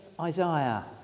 Isaiah